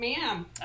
Ma'am